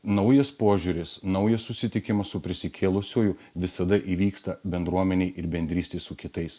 naujas požiūris naujas susitikimas su prisikėlusiuoju visada įvyksta bendruomenėj ir bendrystėj su kitais